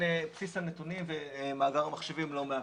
בסיס הנתונים במחשבים לא מאפשר.